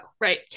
Right